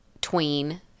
tween